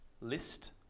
list